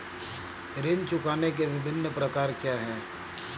ऋण चुकाने के विभिन्न प्रकार क्या हैं?